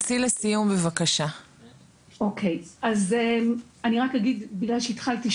אני רק אגיד בגלל שהתחלתי,